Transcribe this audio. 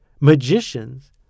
Magicians